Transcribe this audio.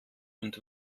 und